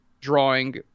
drawing